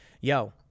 Yo